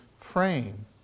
frame